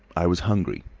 i was hungry.